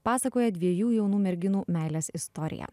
pasakoja dviejų jaunų merginų meilės istoriją